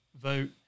vote